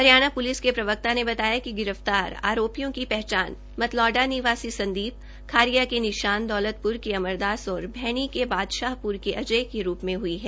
Haryana police के प्रवक्ता ने बताया कि गिरफ्तार आरोपियों की पहचान मतलौडा निवासी संदी खारिया के निशान दौलतप्र के अमरदास और भैणी के बादशाहपुर के अजय के रूप में हुई है